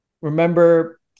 remember